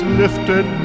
lifted